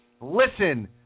listen